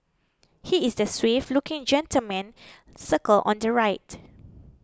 he is the suave looking gentleman circled on the right